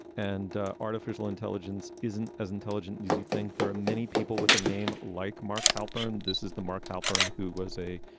and ah artificial intelligence isn't as intelligent as you think. there are many people with a name like mark halperin. this is the mark halperin, who was a